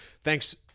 thanks